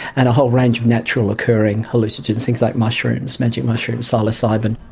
and a whole range of natural occurring hallucinogens, things like mushrooms, magic mushrooms, psilocybin.